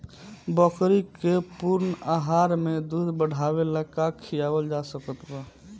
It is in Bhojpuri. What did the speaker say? बकरी के पूर्ण आहार में दूध बढ़ावेला का खिआवल जा सकत बा?